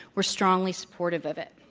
were strongly supportive of it.